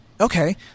okay